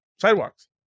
sidewalks